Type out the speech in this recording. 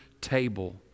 table